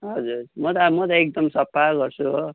हजुर म त अब म त एकदम सफा गर्छु हो